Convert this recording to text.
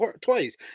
twice